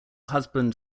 husband